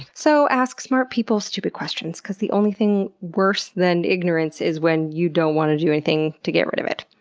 so ask smart people stupid questions because the only thing worse than ignorance is when you don't want to do anything to get rid of it.